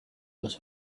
was